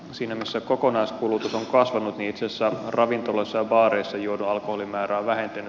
siinä missä kokonaiskulutus on kasvanut niin itse asiassa ravintoloissa ja baareissa juodun alkoholin määrä on vähentynyt